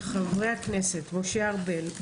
של חברי הכנסת משה ארבל,